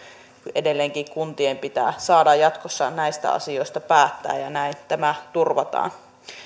edelleenkin kuntien pitää saada jatkossa näistä asioista päättää ja näin tämä turvataan